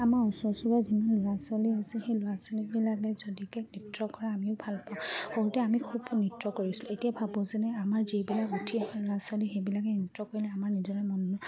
আমাৰ ওচৰ চুবুৰীয়া যিমান ল'ৰা ছোৱালী আছে সেই ল'ৰা ছোৱালীবিলাকে যদি কিবা নৃত্য কৰে আমিও ভাল পাওঁ সৰুতে আমি খুব নৃত্য কৰিছিলোঁ এতিয়া ভাবোঁ যেনে আমাৰ যিবিলাক উঠি আছে ল'ৰা ছোৱালী সেইবিলাকে নৃত্য কৰিলে আমাৰ নিজৰে মন